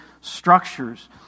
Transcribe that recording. structures